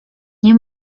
nie